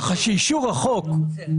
ככה שאישור החוק מחייב --- רחמן,